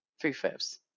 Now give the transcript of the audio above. three-fifths